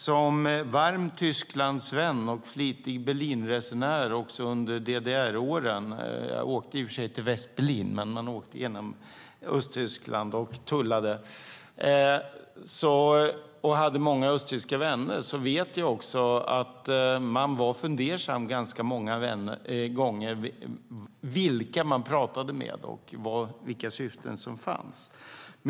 Som varm Tysklandsvän och flitig Berlinresenär också under DDR-åren - när jag i och för sig åkte till Västberlin, men man åkte ju genom Östtyskland och tullade - och med många östtyska vänner vet jag att man ganska många gånger var fundersam över vilka man pratade med och vilka syften som fanns.